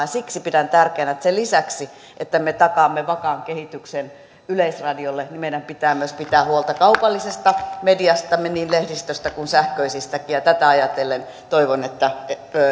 ja siksi pidän tärkeänä että sen lisäksi että me takaamme vakaan kehityksen yleisradiolle meidän pitää myös pitää huolta kaupallisesta mediastamme niin lehdistöstä kuin sähköisistäkin ja tätä ajatellen toivon